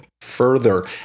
further